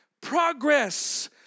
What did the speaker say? Progress